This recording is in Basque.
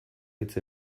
hitz